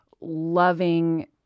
loving